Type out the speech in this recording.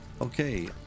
okay